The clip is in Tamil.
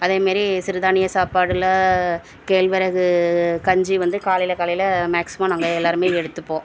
அதேமாரி சிறுதானிய சாப்பாட்டுல கேழ்வரகு கஞ்சி வந்து காலையில் காலையில் மேக்ஸிமம் நாங்கள் எல்லோருமே எடுத்துப்போம்